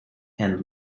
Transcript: and